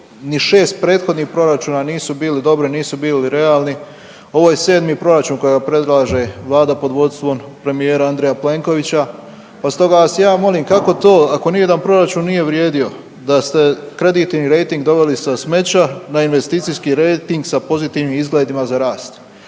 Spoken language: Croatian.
ni 6 prethodnih proračuna nisu bili dobri, nisu bili realni. Ovo je 7. proračun kojega predlaže Vlada pod vodstvom premijera Andreja Plenkovića, pa stoga vas ja molim, kako to ako nijedan proračun nije vrijedio, da ste kreditni rejting doveli sa smeća na investicijski rejting sa pozitivnim izgledima za rast?